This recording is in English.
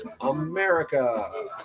America